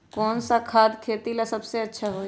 कौन सा खाद खेती ला सबसे अच्छा होई?